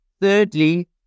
Thirdly